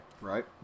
Right